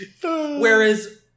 Whereas